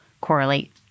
correlate